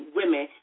women